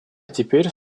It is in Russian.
теперь